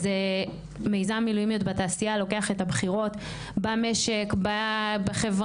אז מיזם מילואימיות בתעשייה לוקח את הבחירות במשק ובחברה